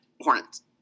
Hornets